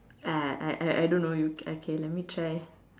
I I I don't know you okay let me try